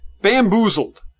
Bamboozled